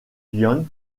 furent